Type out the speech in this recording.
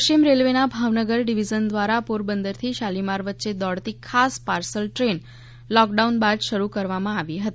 પશ્ચિમ રેલ્વે ના ભાવનગર ડિવિઝન દ્વારા પોરબંદરથી શાલીમાર વચ્ચે દોડતી ખાસ પાર્સલ દ્રેન લોકડાઉન બાદ શરૂ કરવામાં આવી હતી